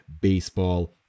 Baseball